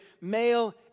male